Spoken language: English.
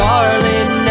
Darling